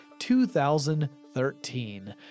2013